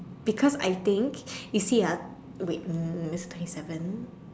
because I think you see ah wait mm this twenty seven